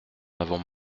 avons